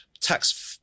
tax